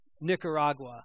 Nicaragua